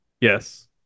Yes